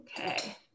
Okay